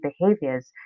behaviors